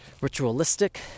Ritualistic